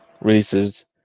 releases